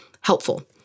Helpful